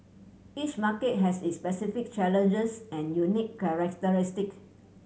each market has its specific challenges and unique characteristic